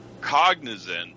cognizant